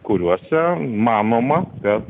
kuriuose manoma kad